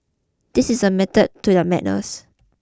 this is a method to their madness